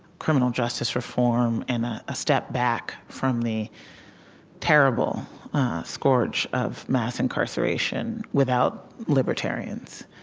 criminal justice reform, and a ah step back from the terrible scourge of mass incarceration, without libertarians.